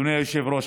אדוני היושב-ראש,